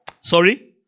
Sorry